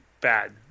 bad